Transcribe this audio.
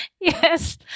Yes